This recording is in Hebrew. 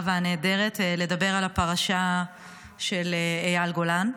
והנהדרת לדבר על הפרשה של אייל גולן.